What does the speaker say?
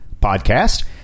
podcast